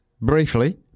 briefly